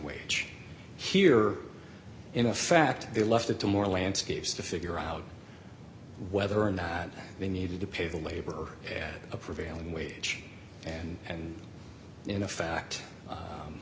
wage here in a fact they left it to more landscapes to figure out whether or not they needed to pay the labor at a prevailing wage and and in a fact